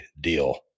deal